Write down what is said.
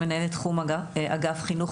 מנהלת אגף חינוך,